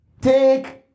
take